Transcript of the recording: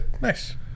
Nice